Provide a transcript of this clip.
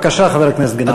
בבקשה, חבר הכנסת גנאים.